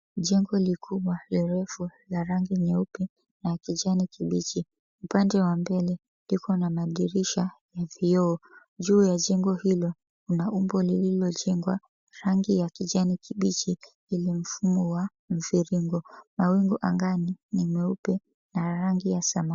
Jengo kubwa, refu, la rangi nyeupe na kijani kibichi. Upande wa mbele liko na madirisha ya vioo. Juu ya jengo hilo una umbo lililojengwa rangi ya kijani kibichi ili mfumo wa mviringo. Mawingu angani ni meupe na rangi ya samawati.